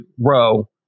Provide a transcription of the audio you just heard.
row